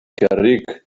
cerrig